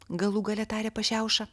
galų gale tarė pašiauša